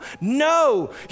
No